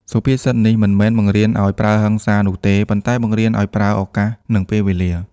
សុភាសិតនេះមិនមែនបង្រៀនឱ្យប្រើហិង្សានោះទេ ប៉ុន្តែបង្រៀនឱ្យប្រើ «ឱកាស» និង «ពេលវេលា»។